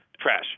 Trash